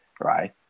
right